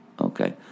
okay